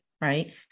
Right